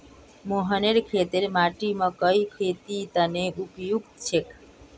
मोहनेर खेतेर माटी मकइर खेतीर तने उपयुक्त छेक